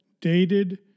dated